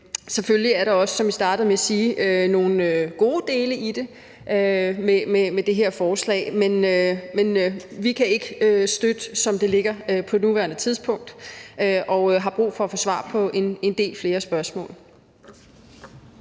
jeg startede med at sige, nogle gode dele i det her forslag, men vi kan ikke støtte det, som det foreligger på nuværende tidspunkt, og har brug for at få svar på en del flere spørgsmål.